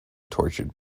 tortured